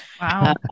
Wow